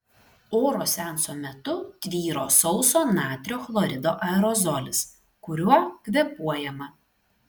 oro seanso metu tvyro sauso natrio chlorido aerozolis kuriuo kvėpuojama